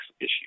issue